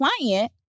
client